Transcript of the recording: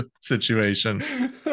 situation